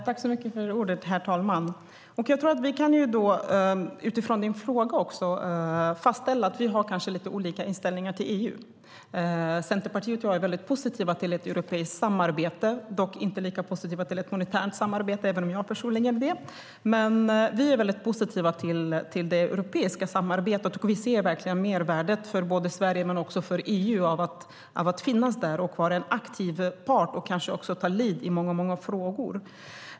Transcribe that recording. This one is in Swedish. Herr talman! Utifrån Björn Söders fråga tror jag att vi kan fastställa att vi kanske har lite olika inställning till EU. Centerpartiet och jag är väldigt positiva till ett europeiskt samarbete, dock inte lika positiva till ett monetärt samarbete - även om jag personligen är det. Vi är alltså väldigt positiva till det europeiska samarbetet, och vi ser verkligen mervärdet för både Sverige och EU av att finnas där och vara en aktiv part och kanske också ta ledningen i många frågor.